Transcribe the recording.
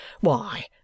Why